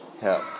help